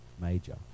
major